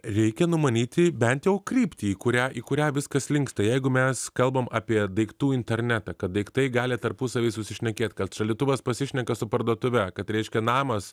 reikia numanyti bent jau kryptį į kurią į kurią viskas linksta jeigu mes kalbam apie daiktų internetą kad daiktai gali tarpusavy susišnekėt kad šaldytuvas pasišneka su parduotuve kad reiškia namas